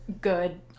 good